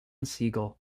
siegel